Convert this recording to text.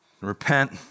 repent